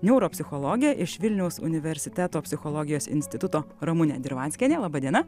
neuropsichologė iš vilniaus universiteto psichologijos instituto ramunė dirvanskienė laba diena